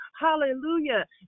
Hallelujah